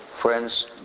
friends